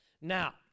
Now